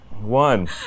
One